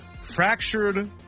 fractured